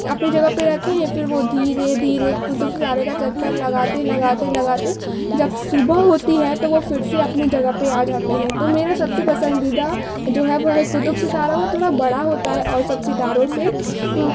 اپنی جگہ پہ رہتے ہیں پھر وہ دھیرے دھیرے قطب ستارے کا چکر لگاتے لگاتے لگاتے جب صبح ہوتی ہے تو وہ پھر سے اپنی جگہ پہ آ جاتے ہیں تو میرا سب سے پسندیدہ جو ہے وہ ہے قطب ستارہ وہ تھوڑا بڑا ہوتا ہے اور سب ستاروں سے